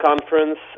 conference